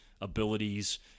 abilities